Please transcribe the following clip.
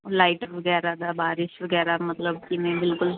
light ਵਗੈਰਾ ਦਾ ਬਾਰਿਸ਼ ਵਗੈਰਾ ਮਤਲਬ ਕਿਵੇਂ ਬਿਲਕੁਲ